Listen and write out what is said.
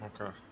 okay